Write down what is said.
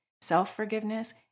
self-forgiveness